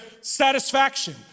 satisfaction